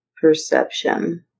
Perception